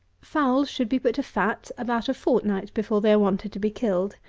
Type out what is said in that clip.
fowls should be put to fat about a fortnight before they are wanted to be killed.